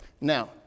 Now